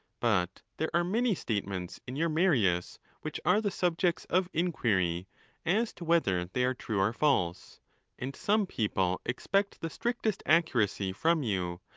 but there are many statements in your marius which are the subjects of inquiry as to whether they are true or false and some people expect the strictest accuracy from you,